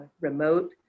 remote